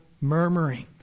murmuring